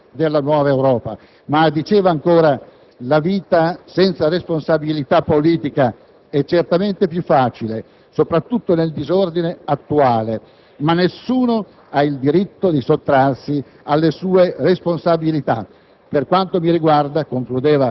sono le pietre miliari della nuova Europa». Diceva, ancora: «La vita senza responsabilità politica è certamente più facile, soprattutto nel disordine attuale. Ma nessuno ha il diritto di sottrarsi alle sue responsabilità.